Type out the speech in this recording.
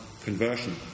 conversion